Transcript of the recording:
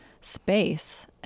space